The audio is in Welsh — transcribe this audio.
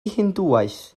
hindŵaeth